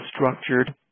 structured